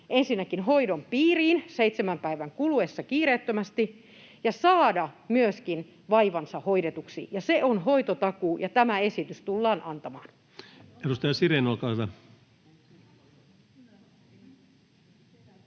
tulla hoidon piiriin seitsemän päivän kuluessa kiireettömästi ja saada myöskin vaivansa hoidetuksi. Se on hoitotakuu, ja tämä esitys tullaan antamaan. [Speech 71]